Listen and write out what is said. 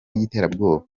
y’iterabwoba